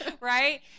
right